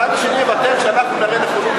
הצד השני יוותר כשאתה תוותר.